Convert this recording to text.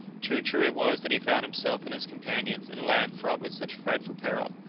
too true it was that he found himself and his companions in a land fraught with such frightful peril.